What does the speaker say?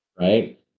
right